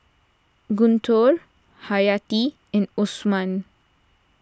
Guntur Haryati and Osman